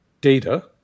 data